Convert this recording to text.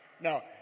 No